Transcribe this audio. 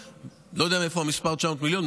אני לא יודע מאיפה המספר 900 מיליון,